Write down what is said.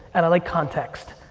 and i like context.